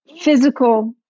physical